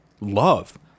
love